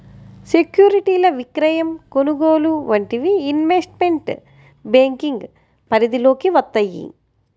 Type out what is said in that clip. సెక్యూరిటీల విక్రయం, కొనుగోలు వంటివి ఇన్వెస్ట్మెంట్ బ్యేంకింగ్ పరిధిలోకి వత్తయ్యి